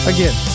Again